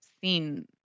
seen